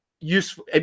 useful